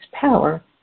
power